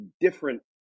Different